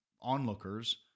onlookers